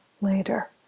later